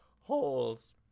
holes